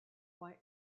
white